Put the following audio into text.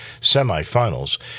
semifinals